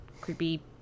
creepy